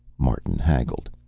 martin haggled.